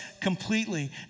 completely